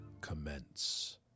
commence